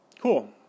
Cool